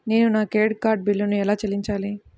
నేను నా credit card బిల్లును ఎలా చెల్లించాలీ?